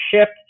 shift